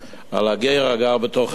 על הגר הגר בתוככם,